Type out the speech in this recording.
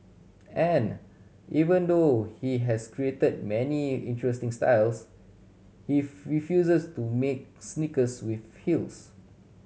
and even though he has created many interesting styles he refuses to make sneakers with feels